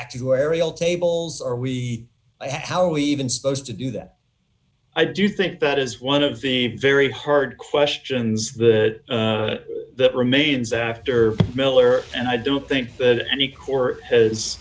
actuarial tables are we how we even supposed to do that i do think that is one of the very hard questions that remains after miller and i don't think any corps has